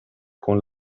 con